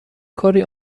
کاری